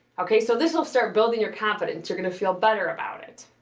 okay. so this will start building your confidence you're gonna feel better about it.